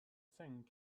thing